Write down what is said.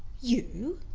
you?